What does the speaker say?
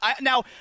now